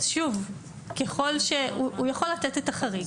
הוא יכול לתת את החריג.